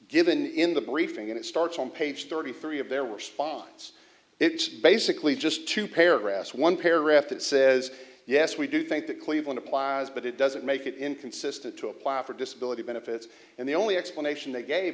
given in the briefing and it starts on page thirty three of their response it's basically just two paragraphs one paragraph that says yes we do think that cleveland applies but it doesn't make it inconsistent to apply for disability benefits and the only explanation they gave